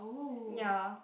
ya